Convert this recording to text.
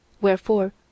Wherefore